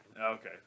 Okay